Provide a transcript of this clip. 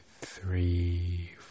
Three